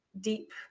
deep